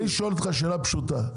אני שואל אותך שאלה פשוטה,